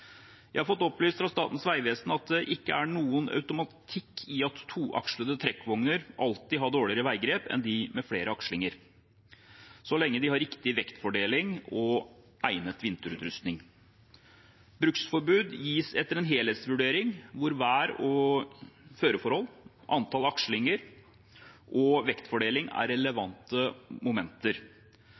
Jeg har fått opplyst fra Statens vegvesen at det ikke er noen automatikk i at toakslede trekkvogner alltid har dårligere veigrep enn de med flere akslinger, så lenge de har riktig vektfordeling og egnet vinterutrustning. Bruksforbud gis etter en helhetsvurdering hvor vær og føreforhold, antall akslinger og vektfordeling er relevante momenter.